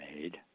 made